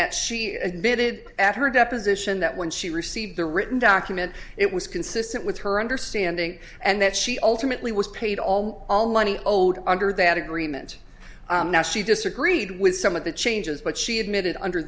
that she admitted at her deposition that when she received the written document it was consistent with her understanding and that she ultimately was paid all money owed under that agreement now she disagreed with some of the changes but she admitted under